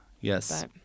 yes